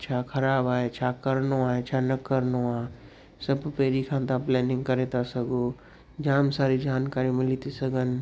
छा ख़राब आहे छा करिणो आहे छा न करिणो आहे सभु पहिरीं खां तव्हां प्लानिंग करे था सघो जाम सारी जानकारियूं मिली थी सघनि